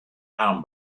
arm